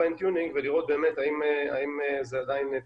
פיין טיונינג ולראות האם זה עדיין תקף.